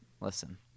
Listen